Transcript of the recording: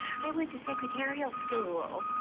i went to secretarial school.